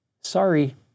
sorry